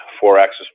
four-axis